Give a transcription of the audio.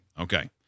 Okay